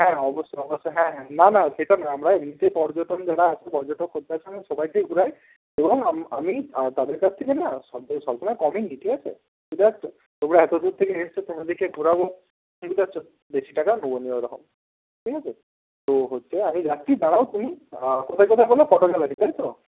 হ্যাঁ অবশ্যই অবশ্যই হ্যাঁ হ্যাঁ না না সেটা নয় আমরা নিজে পর্যটন যারা আছে পর্যটক খদ্দের সব সবাইকে ঘুরাই এবং আম আমি তাদের কাছ থেকে না সব থেকে সব সময় কমই নিই ঠিক আছে বুঝতে পারছ তোমরা এতো দূর থেকে এসছো তোমাদিকে ঘোরাবো বুঝতে পারছ বেশি টাকা নেব না ওরকম ঠিক আছে তো হচ্ছে আমি যাচ্ছি দাঁড়াও তুমি কোথায় যেন বললে ফটো গ্যালারি তাই তো